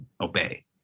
obey